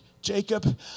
Jacob